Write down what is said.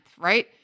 right